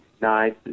nice